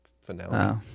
finale